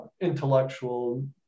intellectual